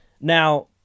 Now